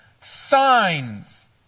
signs